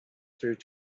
through